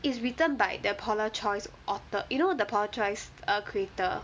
is written by the paula's choice author you know the paula's choice creator